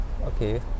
okay